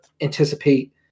anticipate